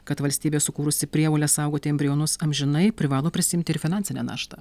kad valstybė sukūrusi prievolę saugoti embrionus amžinai privalo prisiimti ir finansinę naštą